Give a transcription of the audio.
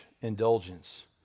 indulgence